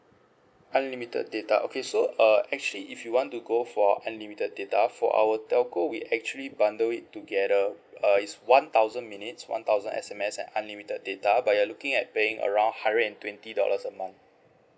unlimited data okay so uh actually if you want to go for unlimited data for our telco we actually bundle it together uh it's one thousand minutes one thousand S_M_S and unlimited data but you are looking at paying around hundred and twenty dollars a month